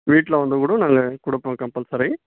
வீட்டில் வந்து கூட நாங்கள் கொடுப்போம் கம்பல்சரி